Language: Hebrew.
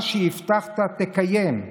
מה שהבטחת, תקיים.